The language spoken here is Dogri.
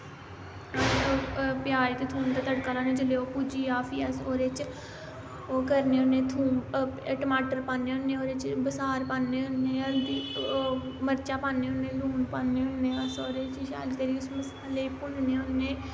प्याज़ ते थूम दा तड़का लान्ने होने जिसलै ओह् भुज्जी जा फ्ही अस ओह्दे च ओह् करने होने थूंम टमाटर पान्ने होने ओह्दे च बसार पान्ने होने हल्दी ओ मर्चां पान्ने होने लून पान्ने होने अस ओह्दे च शैल करियै उस मसाले गी भुनने होने